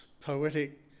poetic